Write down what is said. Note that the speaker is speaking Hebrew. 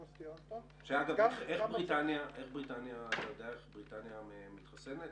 אגב, אתה יודע איך בריטניה מתחסנת?